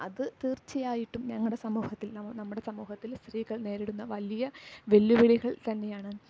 അത് തീർച്ചയായിട്ടും ഞങ്ങളുടെ സമൂഹത്തിൽ നമ്മുടെ സമൂഹത്തിൽ സ്ത്രീകൾ നേരിടുന്ന വലിയ വെല്ലുവിളികൾ തന്നെയാണ്